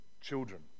Children